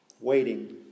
waiting